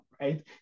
right